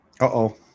Uh-oh